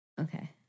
Okay